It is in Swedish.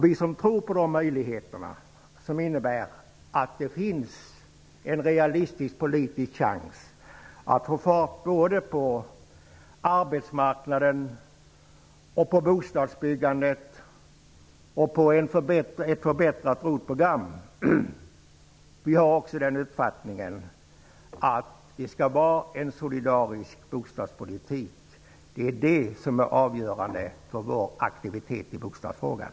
Vi som tror på de möjligheterna, som innebär att det finns en realistisk politisk chans att få fart på arbetsmarknaden, på bostadsbyggandet och på ett förbättrat ROT-program, har också den uppfattningen att det skall föras en solidarisk bostadspolitik. Det är det som är avgörande för vår aktivitet i bostadsfrågan.